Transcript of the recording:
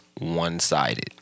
one-sided